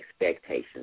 expectations